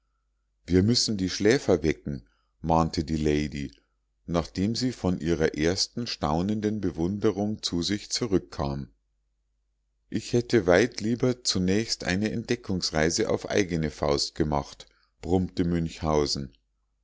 wir müssen die schläfer wecken mahnte die lady nachdem sie von ihrer ersten staunenden bewunderung zu sich zurückkam ich hätte weit lieber zunächst eine entdeckungsreise auf eigene faust gemacht brummte münchhausen